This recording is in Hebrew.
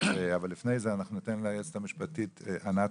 אבל לפני זה אנחנו ניתן ליועצת המשפטית ענת